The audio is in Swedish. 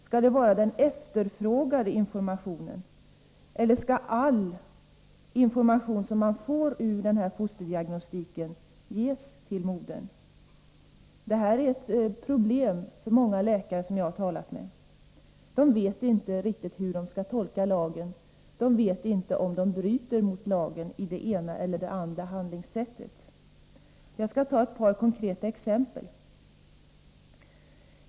Skall det vara den efterfrågade informationen, eller skall all information som man får ur fosterdiagnostiken ges till modern? Detta är ett problem för många läkare som jag har talat med. De vet inte riktigt hur de skall tolka lagen. De vet inte om de bryter mot lagen när de handlar på det ena eller det andra sättet. Jag skall ta ett par konkreta exempel.